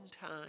time